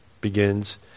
begins